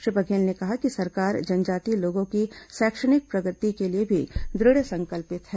श्री बघेल ने कहा कि सरकार जनजाति लोगों की शैक्षणिक प्रगति के लिए भी दृढ़ संकल्पित है